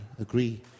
agree